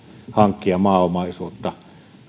hankkia maaomaisuutta